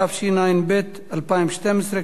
התשע"ב 2012,